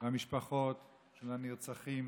ואת המשפחות של הנרצחים